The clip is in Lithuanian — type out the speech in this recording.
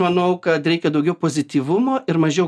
manau kad reikia daugiau pozityvumo ir mažiau